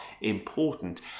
important